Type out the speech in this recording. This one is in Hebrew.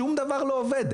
שום דבר לא עובד.